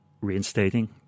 reinstating